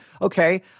Okay